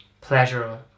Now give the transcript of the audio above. pleasure